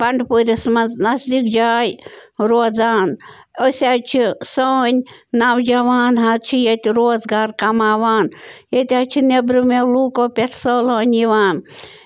بَنٛڈٕ پوٗرِس منٛز نزدیٖک جاے روزان أسۍ حظ چھِ سٲنۍ نوجوان حظ چھِ ییٚتہِ روزگار کماوان ییٚتہِ حظ چھِ نٮ۪برِمیٚو لوٗکَو پٮ۪ٹھ سٲلٲنۍ یِوان